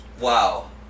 Wow